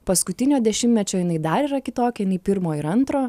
paskutinio dešimtmečio jinai dar yra kitokia nei pirmo ir antro